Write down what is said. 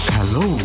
Hello